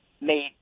made